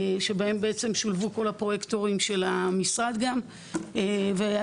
שבעצם שולבו כל הפרויקטורים של המשרד גם והייתה